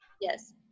Yes